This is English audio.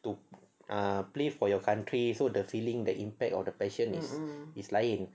to ah play for your country so the feeling the impact of the passion is lain